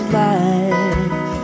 life